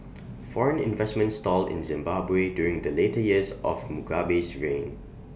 foreign investment stalled in Zimbabwe during the later years of Mugabe's reign